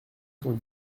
cent